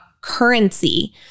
currency